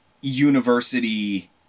university